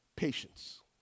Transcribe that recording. Patience